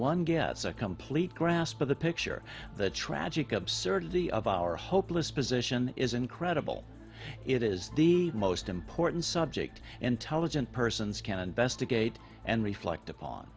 one gets a complete grasp of the picture the tragic absurdity of our hopeless position is incredible it is the most important subject intelligent persons can investigate and reflect upon